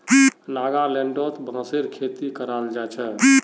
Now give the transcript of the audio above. नागालैंडत बांसेर खेती कराल जा छे